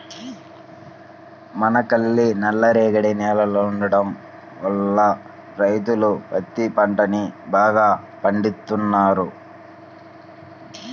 మనకల్లి నల్లరేగడి నేలలుండటం వల్ల రైతులు పత్తి పంటని బాగా పండిత్తన్నారు